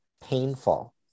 painful